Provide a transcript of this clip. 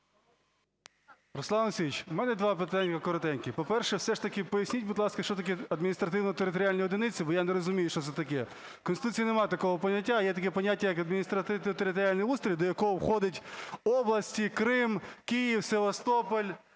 Руслан Олексійович, у мене два питання коротенькі. По-перше, все ж таки поясніть, будь ласка, що таке адміністративно-територіальні одиниці, бо я не розумію, що це таке. В Конституції нема такого поняття. А є таке поняття, як адміністративно-територіальний устрій, до якого входять області, Крим, Київ, Севастополь,